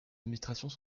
administrations